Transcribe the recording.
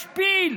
משפיל,